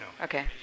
Okay